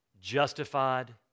justified